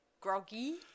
groggy